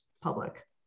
public